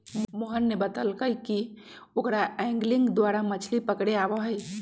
मोहन ने बतल कई कि ओकरा एंगलिंग द्वारा मछ्ली पकड़े आवा हई